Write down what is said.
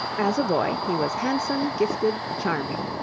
as a boy he was handsome, gifted, charming.